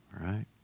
right